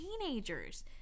teenagers